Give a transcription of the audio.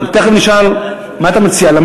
אני מציע למליאה.